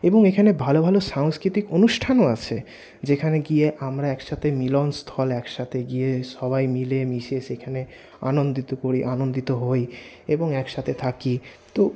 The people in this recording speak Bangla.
এবং এখানে ভালো ভালো সাংস্কৃতিক অনুষ্ঠানও আছে যেখানে গিয়ে আমরা একসাথে মিলনস্থল একসাথে গিয়ে সবাই মিলেমিশে সেখানে আনন্দিত করি আনন্দিত হই এবং একসাথে থাকি তো